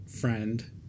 friend